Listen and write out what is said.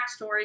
Backstory